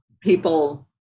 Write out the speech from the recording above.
people